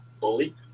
Bully